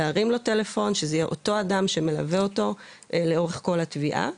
להרים לו טלפו שזה יהיה אותו אדם שמלווה אותו לאורך כל התביעה.